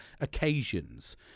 occasions